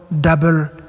double